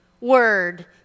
word